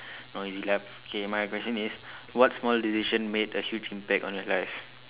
noisy ah okay my question is what small decision made a huge impact on your life